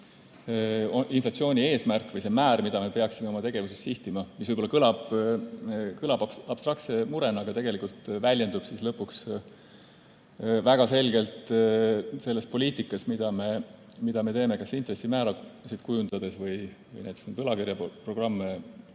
inflatsiooni eesmärk või see määr, mida me peaksime oma tegevuses sihtima. See ehk kõlab abstraktse murena, aga tegelikult väljendub lõpuks väga selgelt selles poliitikas, mida me teeme kas intressimäärasid kujundades või näiteks võlakirjaprogramme